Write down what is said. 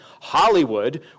Hollywood